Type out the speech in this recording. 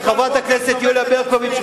וחברת הכנסת יוליה ברקוביץ,